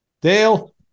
Dale